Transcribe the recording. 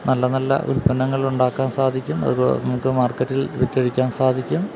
നല്ല നല്ല ഉൽപ്പന്നങ്ങളുണ്ടാക്കാൻ സാധിക്കും അതു നമുക്ക് മാർക്കറ്റിൽ വിറ്റഴിക്കാൻ സാധിക്കും